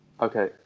Okay